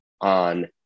on